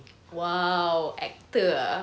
!wow! actor ah